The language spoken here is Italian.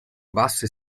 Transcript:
basse